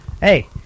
Hey